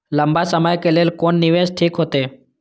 लंबा समय के लेल कोन निवेश ठीक होते?